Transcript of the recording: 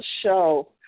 show